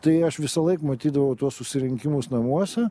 tai aš visąlaik matydavau tuos susirinkimus namuose